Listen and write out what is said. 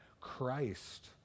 Christ